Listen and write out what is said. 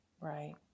Right